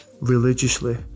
religiously